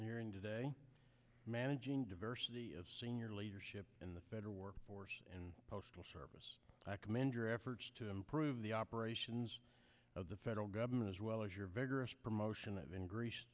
hearing today managing diversity of senior leadership in the federal workforce and postal service i commend your efforts to improve the operations of the federal government as well as your vigorous promotion of ingre